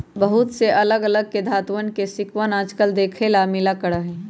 बहुत से अलग अलग धातुंअन के सिक्कवन आजकल देखे ला मिला करा हई